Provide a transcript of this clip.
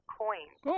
coins